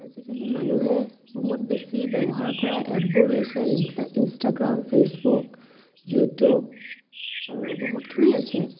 আজিকালি মানুহে বহুত বেছি ব্যৱহাৰ কৰা এপবোৰ হৈছে ইনষ্টাগ্ৰাম ফেচবুক ইউটিউব আৰু বহুতখিনিয়ে আছে